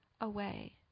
away